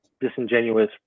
disingenuous